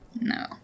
No